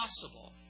possible